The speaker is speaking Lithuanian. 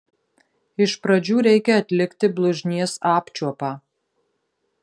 iš pradžių reikia atlikti blužnies apčiuopą